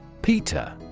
Peter